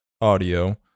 audio